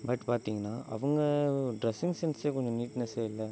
but பார்த்திங்கன்னா அவங்க dressing சென்ஸே கொஞ்சம் நீட்னஸே இல்லை